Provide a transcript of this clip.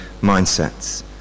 mindsets